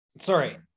Sorry